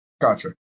Gotcha